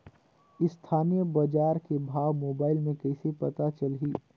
स्थानीय बजार के भाव मोबाइल मे कइसे पता चलही?